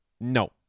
No